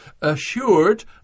assured